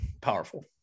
Powerful